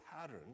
pattern